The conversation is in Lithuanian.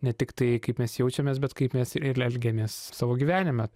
ne tik tai kaip mes jaučiamės bet kaip mes ir elgiamės savo gyvenime